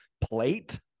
plate